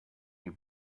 you